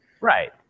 Right